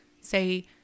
say